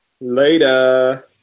Later